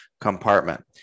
compartment